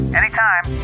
anytime